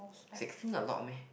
sixteen a lot meh